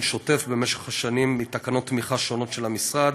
שוטף במשך השנים מתקנות תמיכה שונות של המשרד,